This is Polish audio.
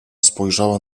spojrzała